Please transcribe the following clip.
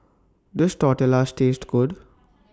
Does Tortillas Taste Good